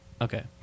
okay